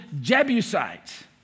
Jebusites